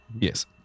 Yes